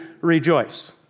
rejoice